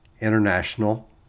international